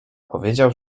powiedział